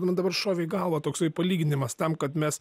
man dabar šovė į galvą toksai palyginimas tam kad mes